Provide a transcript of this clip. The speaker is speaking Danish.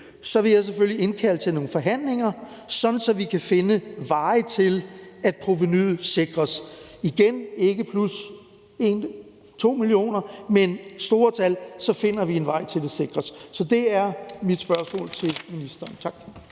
vil jeg selvfølgelig indkalde til nogle forhandlinger, sådan at vi kan finde veje til, at provenuet sikres. Igen handler det ikke om plus 1 eller 2 mio. kr., men hvis det er store tal, finder vi en vej til, at det sikres. Så det er mit spørgsmål til ministeren. Tak.